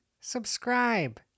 subscribe